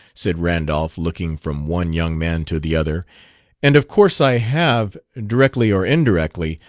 said randolph, looking from one young man to the other and of course i have, directly or indirectly,